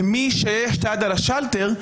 למי שיש יד על השלטר,